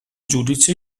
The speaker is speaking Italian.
giudice